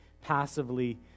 passively